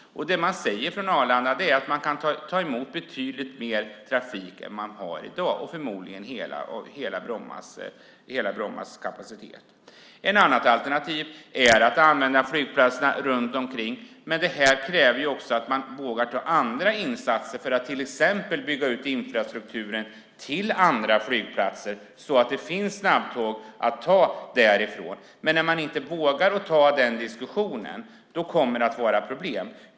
Det man säger från Arlanda är att man kan ta emot betydligt mer trafik än vad man har i dag och förmodligen hela Brommas kapacitet. Ett annat alternativ är att använda flygplatserna runt omkring. Det kräver också att man vågar göra andra insatser för att till exempel bygga ut infrastrukturen till andra flygplatser så att det finns snabbtåg att ta därifrån. Men när man inte vågar ta den diskussionen kommer det att vara problem.